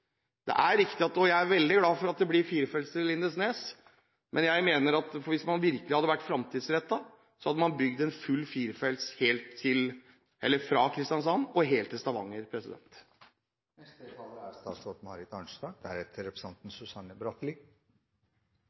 Jeg er veldig glad for at det blir firefelts vei til Lindesnes, men jeg mener at hvis man virkelig hadde vært fremtidsrettet, hadde man bygd en full firefelts vei fra Kristiansand og helt til Stavanger. Det er litt vanskelig å forstå at representanten